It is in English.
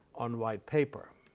on white paper?